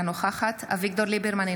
אינה נוכחת אביגדור ליברמן,